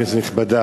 כנסת נכבדה,